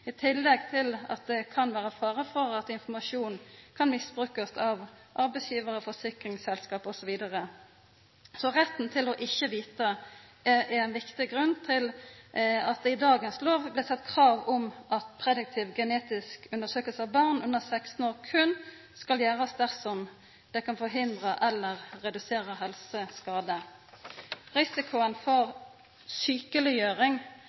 i tillegg til at det kan vera fare for at informasjonen kan misbrukast av arbeidsgjevarar, forsikringsselskap osv. Så retten til ikkje å vita er ein viktig grunn til at det i dagens lov blei sett krav om at prediktiv genetisk undersøking av barn under 16 år berre skal gjerast dersom det kan hindra eller redusera helseskade. Risikoen for